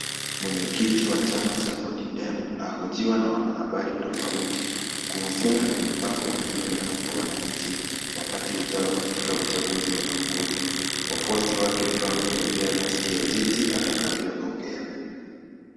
Mwenye kiti wa chama cha ODM ahojiwa na wanahabari tofauti kuhusiana na mipango aliyo nayo kwa wananchi wakati ujao katika uchaguzi unaokuja. Wafuasi wake pia wametegea kusikia jinsi atakavyoongea.